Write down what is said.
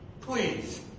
please